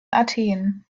athen